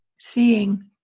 seeing